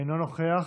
אינו נוכח,